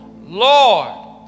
Lord